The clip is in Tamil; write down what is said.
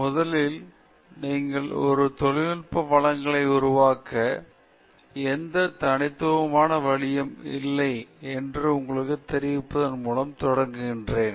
முதலில் நீங்கள் ஒரு தொழிநுட்ப வழங்கலை உருவாக்க எந்த தனித்துவமான வழியும் இல்லை என்று உங்களுக்குத் தெரிவிப்பதன் மூலம் தொடங்குகிறேன்